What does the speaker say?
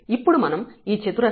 ఇప్పుడు మనం ఈ చతురస్రం |x 1| ≤ 0